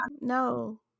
No